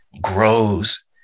grows